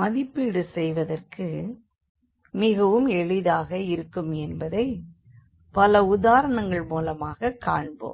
மதிப்பீடு செய்வதற்கு மிகவும் எளிதாக இருக்கும் என்பதைப் பல உதாரணங்கள் மூலமாகக் காண்போம்